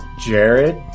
jared